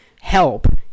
help